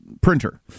printer